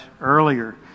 earlier